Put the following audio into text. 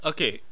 Okay